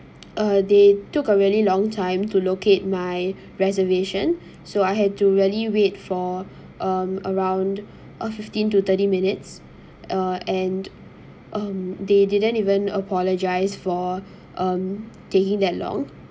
uh they took a really long time to locate my reservation so I had to really wait for um around a fifteen to thirty minutes uh and um they didn't even apologize for um taking that long